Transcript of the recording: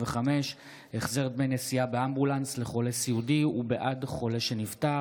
65) (החזר דמי נסיעה באמבולנס לחולה סיעודי ובעד חולה שנפטר),